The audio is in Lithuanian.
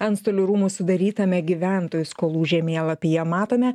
antstolių rūmų sudarytame gyventojų skolų žemėlapyje matome